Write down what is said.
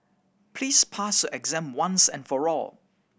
please pass your exam once and for all